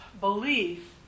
belief